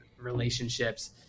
relationships